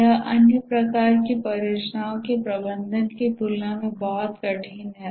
यह अन्य प्रकार की परियोजनाओं के प्रबंधन की तुलना में बहुत कठिन है